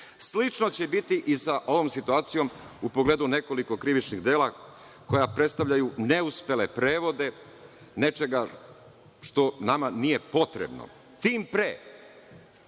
će biti i sa ovom situacijom u pogledu nekoliko krivičnih dela koja predstavljaju neuspele prevode nečega što nama nije potrebno. Tim pre